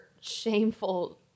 shameful